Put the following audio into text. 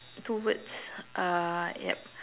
two words uh yup